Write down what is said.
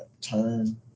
turn